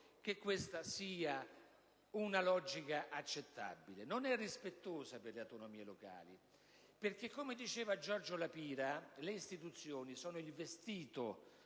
che questa sia una logica accettabile, perché non è rispettosa per le autonomie locali. Come diceva Giorgio La Pira, infatti, le istituzioni sono il vestito